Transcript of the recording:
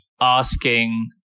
asking